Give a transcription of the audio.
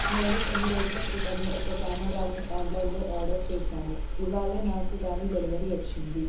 నేను కొన్ని రోజుల క్రితం ఒక కెమెరాను ఆన్లైన్లో ఆర్డర్ చేశాను ఇవాళ నాకు దాని డెలివరీ వచ్చింది